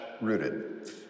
rooted